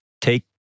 take